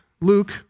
Luke